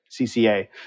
CCA